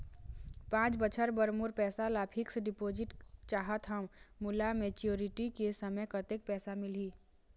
पांच बछर बर मोर पैसा ला फिक्स डिपोजिट चाहत हंव, मोला मैच्योरिटी के समय कतेक पैसा मिल ही?